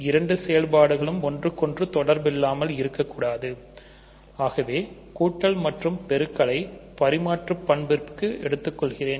இரண்டு செயல்பாடுகளும் ஒன்றுக்கொன்று தொடர்பு இல்லாமல் இருக்கக்கூடாது கூட்டல் மற்றும் பெருக்கலை பரிமாற்று பண்பிற்கு எடுத்துக்கொள்கிறேன்